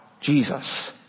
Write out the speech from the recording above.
Jesus